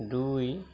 দুই